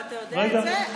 ואתה יודע את זה,